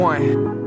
One